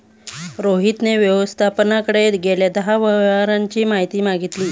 रोहितने व्यवस्थापकाकडे गेल्या दहा व्यवहारांची माहिती मागितली